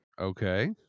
Okay